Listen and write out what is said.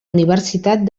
universitat